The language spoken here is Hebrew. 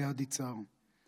ליד יצהר.